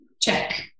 Check